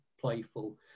playful